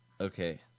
Okay